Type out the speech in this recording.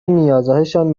نیازهایشان